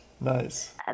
Nice